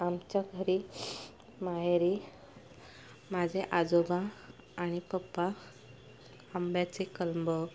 आमच्या घरी माहेरी माझे आजोबा आणि पप्पा आंब्याचे कलमं